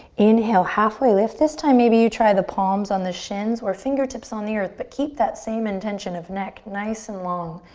inhale, halfway lift. this time maybe you try the palms on the shins or fingertips on the earth but keep that same intention of neck nice and long.